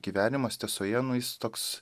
gyvenimas tiesoje nu jis toks